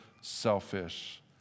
selfish